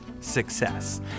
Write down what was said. success